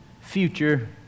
future